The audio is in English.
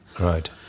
Right